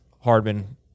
Hardman